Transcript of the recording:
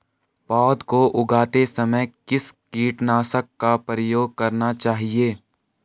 पौध को उगाते समय किस कीटनाशक का प्रयोग करना चाहिये?